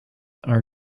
are